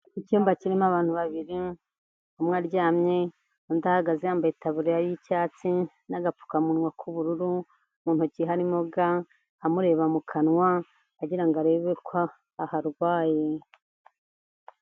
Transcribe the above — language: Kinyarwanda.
Icyumba kirimo abantu babiri, umwe aryamye undi ahagaze yambaye itaburiya y'icyatsi n'agapfukamunwa k'ubururu, mu ntoki harimo ga, amureba mu kanwa, agira ngo arebe ko aharwaye.